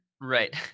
Right